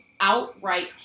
outright